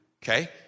Okay